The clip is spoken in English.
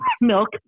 milk